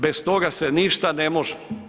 Bez toga se ništa ne može.